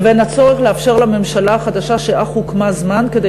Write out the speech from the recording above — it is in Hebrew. לבין הצורך לאפשר לממשלה החדשה שאך הוקמה זמן כדי